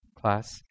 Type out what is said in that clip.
class